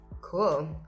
Cool